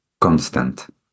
constant